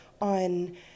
on